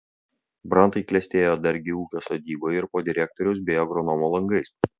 brantai klestėjo dargi ūkio sodyboje ir po direktoriaus bei agronomo langais